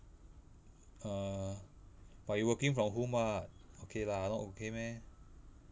uh but you working from home [what] okay lah not okay meh